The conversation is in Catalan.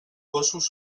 gossos